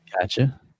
Gotcha